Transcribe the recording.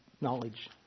knowledge